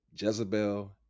Jezebel